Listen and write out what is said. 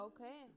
Okay